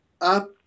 up